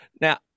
Now